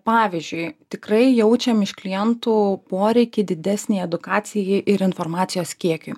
pavyzdžiui tikrai jaučiam iš klientų poreikį didesnei edukacijai ir informacijos kiekiui